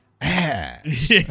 ass